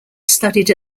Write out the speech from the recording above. studied